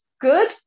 good